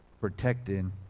Protecting